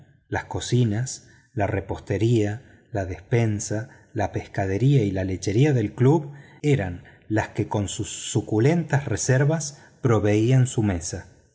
las cocinas la repostería la despensa la pescadería y la lechería del club eran las que con sus suculentas reservas proveían su mesa